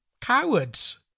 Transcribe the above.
cowards